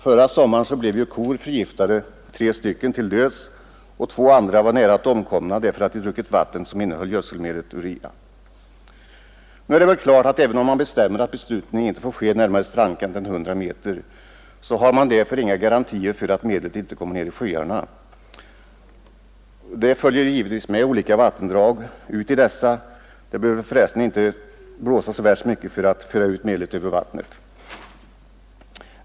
Förra sommaren blev ju tre kor förgiftade till döds, och två andra var nära att omkomma därför att de druckit vatten som innehöll gödselmedlet urea. Nu är det väl klart att även om man bestämmer att besprutning inte får ske närmare strandkant än 100 meter, så har man därför inga garantier för att medlet inte kommer ner i sjöarna. Det följer givetvis med olika vattendrag ut i dessa; det behöver väl för resten inte blåsa så värst mycket för att medlet skall föras ut över vattnet.